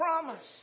promise